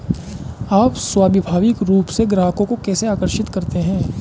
आप स्वाभाविक रूप से ग्राहकों को कैसे आकर्षित करते हैं?